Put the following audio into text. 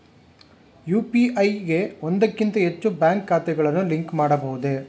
UPI ಗೆ ಒಂದಕ್ಕಿಂತ ಹೆಚ್ಚು ಬ್ಯಾಂಕ್ ಖಾತೆಗಳನ್ನು ಲಿಂಕ್ ಮಾಡಬಹುದೇ?